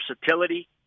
versatility